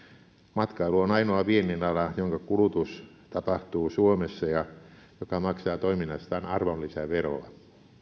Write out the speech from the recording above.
matkailu on ainoa viennin ala jonka kulutus tapahtuu suomessa ja joka maksaa toiminnastaan arvonlisäveroa